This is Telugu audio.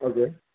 ఓకే